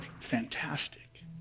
fantastic